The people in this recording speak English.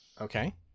Okay